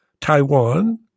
Taiwan